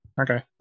Okay